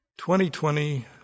2020